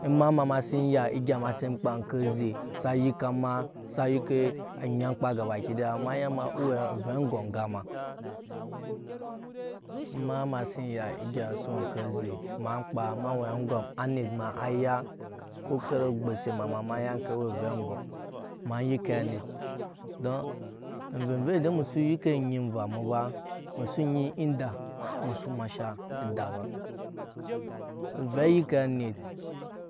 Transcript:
Ema ma ema ya egya ema si kpaa oŋke sa yika ma sa yike nyamkpa gabakida ema ya ma owe avɛ aŋgom enga ma ema ma ema si ya egya oŋke ze em kpaa ema we aŋgom anit ma ya ko okara ogbose ema ma ema ya ŋke owe ovɛ aŋgom ema yke anit don amve vei ende musu yike onyi enva mu ba musu onyi enda su masha eda ba ovɛ yike anit